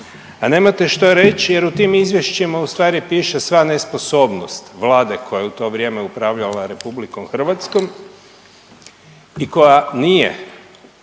A nemate što reći jer u tim izvješćima u stvari piše sva nesposobnost Vlade koja je u to vrijeme upravljala Republikom Hrvatskom i koja nije